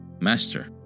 Master